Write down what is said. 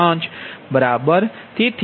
20840 0